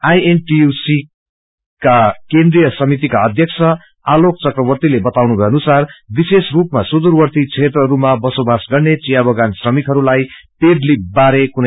I N T U सीका केन्द्रिय समितिका अध्यक्ष आलोक चक्रवतीले बाताउनु भए अनुसार विशेष रूपामा सुदुरवर्ती क्षेत्रहरूमा बसोबास गर्ने चिया बगान श्रमिकहरूलाई पेड लिभ बारे कुन